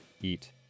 Eat